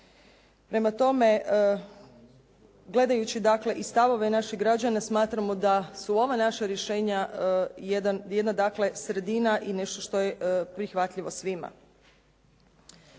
Prema tome, gledajući dakle i stavove naših građana smatramo da su ova naša rješenja jedna dakle sredina i nešto što je prihvatljivo svima.